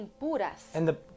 impuras